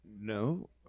No